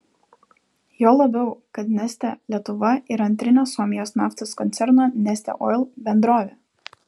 juo labiau kad neste lietuva yra antrinė suomijos naftos koncerno neste oil bendrovė